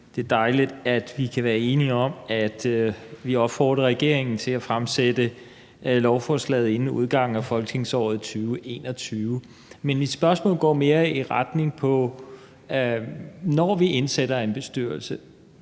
Det er dejligt, at vi kan være enige om, at vi opfordrer regeringen til at fremsætte lovforslaget inden udgangen af folketingsåret 2020-21. Men mit spørgsmål går mere i en anden retning. Når vi indsætter en bestyrelse,